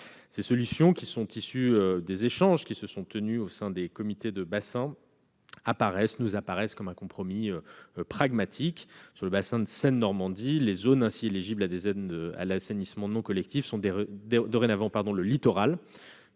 Ces solutions, qui résultent des échanges qui se sont tenus au sein des comités de bassin, nous apparaissent comme un compromis pragmatique. Pour le bassin Seine-Normandie, les zones éligibles aux aides à l'assainissement non collectif sont dorénavant le littoral,